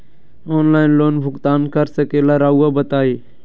Online loan भुगतान कर सकेला राउआ बताई?